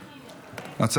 אין מתנגדים.